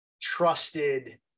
trusted